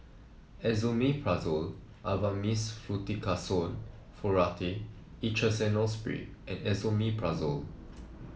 Esomeprazole Avamys Fluticasone Furoate Intranasal Spray and Esomeprazole